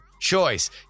choice